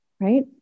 right